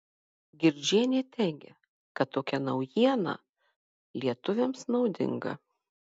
girdžienė teigia kad tokia naujiena lietuviams naudinga